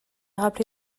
rappelé